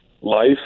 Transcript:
life